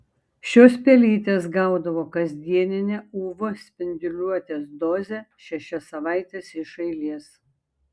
šios pelytės gaudavo kasdieninę uv spinduliuotės dozę šešias savaites iš eilės